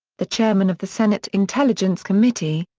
the chairman of the senate intelligence committee,